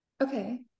okay